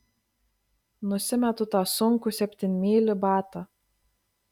nusimetu tą sunkų septynmylį batą